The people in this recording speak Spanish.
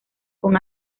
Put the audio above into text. con